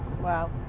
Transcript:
Wow